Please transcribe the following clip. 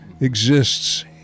exists